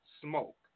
Smoke